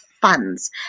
funds